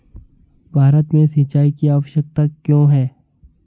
भारत में सिंचाई की आवश्यकता क्यों है?